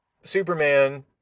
Superman